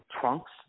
trunks